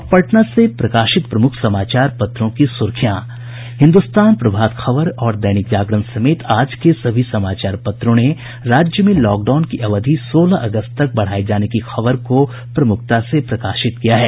अब पटना से प्रकाशित प्रमुख समाचार पत्रों की सुर्खियां हिन्दुस्तान प्रभात खबर और दैनिक जागरण समेत आज के सभी समाचार पत्रों ने राज्य में लॉकडाउन की अवधि सोलह अगस्त तक बढ़ाये जाने की खबर को प्रमुखता से प्रकाशित किया है